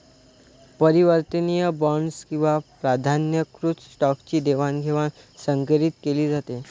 परिवर्तनीय बॉण्ड्स किंवा प्राधान्यकृत स्टॉकची देवाणघेवाण संकरीत केली जाते